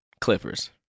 Clippers